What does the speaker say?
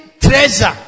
treasure